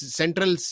central